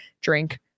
drink